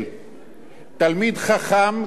תלמיד חכם גדול מאוד,